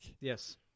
Yes